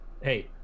hey